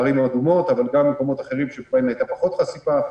הערים האדומות אבל גם למקומות אחרים שבהם הייתה פחות חשיפה.